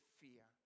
fear